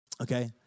Okay